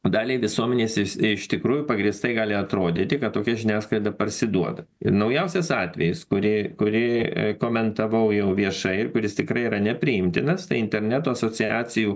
daliai visuomenės iš tikrųjų pagrįstai gali atrodyti kad tokia žiniasklaida parsiduoda ir naujausias atvejis kurį kurį komentavau jau viešai kuris tikrai yra nepriimtinas tai interneto asociacijų